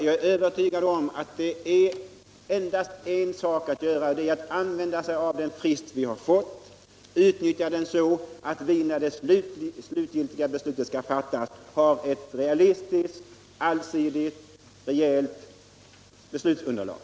Jag är övertygad om att det finns endast en sak att göra, och det är att använda den frist vi fått och utnyttja den så, att vi när det slutgiltiga beslutet skall fattas har ett realistiskt, allsidigt och rejält beslutsunderlag.